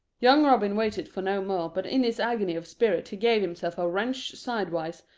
young robin waited for no more, but in his agony of spirit he gave himself a wrench sidewise,